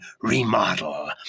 remodel